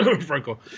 franco